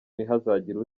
ntihazagire